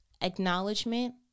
acknowledgement